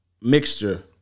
mixture